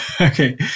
Okay